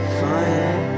fine